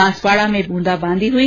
बांसवाड़ा में बूंदाबांदी हुई